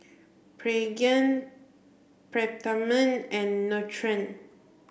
Pregain Peptamen and Nutren